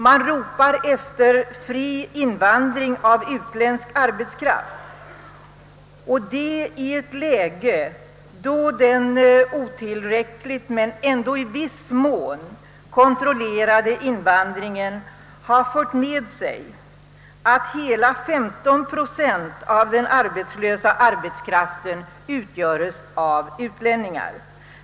Man ropar efter fri invandring av utländsk arbetskraft, och det i ett läge då den otillräckligt men ändå i viss mån kontrollerade invandringen har fört med sig att hela 15 procent av den arbetslösa arbetskraften i landet utgörs av utlänningar.